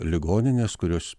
ligoninės kurios